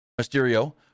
Mysterio